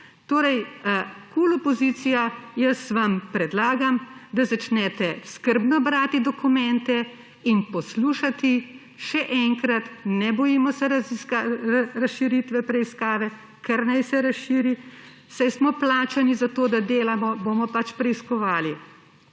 Bratušek. Opozicija KUL, jaz vam predlagam, da začnete skrbno brati dokumente in poslušati. Še enkrat, ne bojimo se razširitve preiskave, kar naj se razširi. Saj smo plačani za to, da delamo, bomo pač preiskovali.